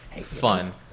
fun